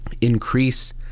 increase